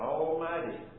Almighty